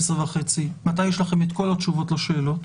12:30 מתי יש לכם את כל התשובות לשאלות.